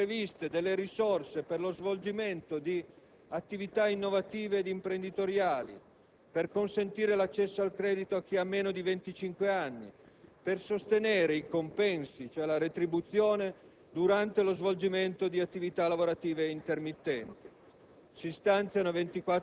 Vengono inoltre previste risorse per lo svolgimento di attività innovative e imprenditoriali per consentire l'accesso al credito a chi ha meno di venticinque anni e per sostenere i compensi, cioè la retribuzione, durante lo svolgimento di attività lavorative intermittenti.